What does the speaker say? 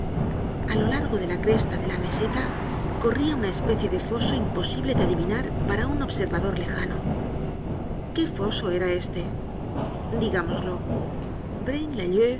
a lo largo de la cresta de la meseta corría una especie de foso imposible de adivinar para un observador lejano qué foso era este digámoslo